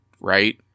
right